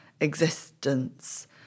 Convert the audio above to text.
existence